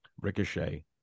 Ricochet